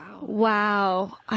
Wow